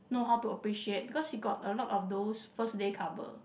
know how to appreciate because he got a lot of those First Day Cover